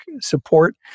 support